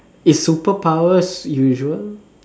is superpower usual